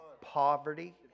poverty